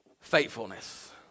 faithfulness